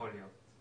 יכול להיות.